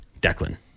Declan